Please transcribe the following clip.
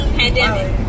pandemic